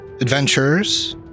adventures